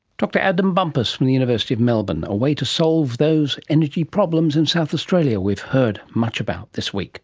dr adam bumpus from the university of melbourne, a way to solve those energy problems in south australia we've heard much about this week